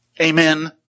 Amen